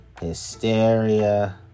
hysteria